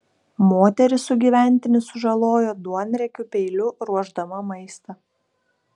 moteris sugyventinį sužalojo duonriekiu peiliu ruošdama maistą